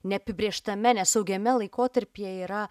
neapibrėžtame nesaugiame laikotarpyje yra